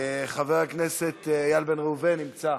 חבר הכנסת איל בן ראובן, נמצא.